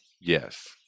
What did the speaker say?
Yes